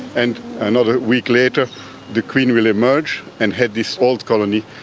and another week later the queen will emerge and head this old colony,